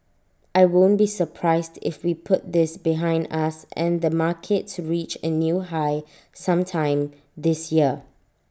I won't be surprised if we put this behind us and the markets reach A new high sometime this year